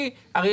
מה לשכה?